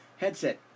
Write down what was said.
Headset